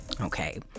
okay